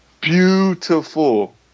Beautiful